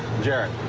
jarrett,